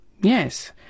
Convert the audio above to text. Yes